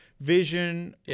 vision